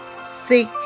Seek